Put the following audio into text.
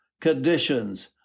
conditions